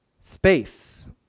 space